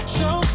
Show